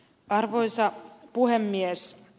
arvoisa puhemies